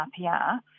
RPR